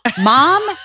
mom